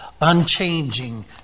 unchanging